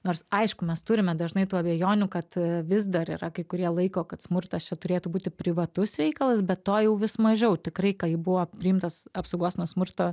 nors aišku mes turime dažnai tų abejonių kad vis dar yra kai kurie laiko kad smurtas čia turėtų būti privatus reikalas be to jau vis mažiau tikrai kai buvo priimtas apsaugos nuo smurto